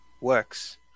works